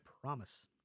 promise